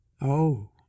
Oh